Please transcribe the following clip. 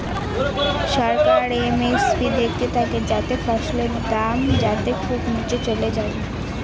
সরকার MSP দেখতে থাকে যাতে ফসলের দাম যাতে খুব নীচে চলে যায়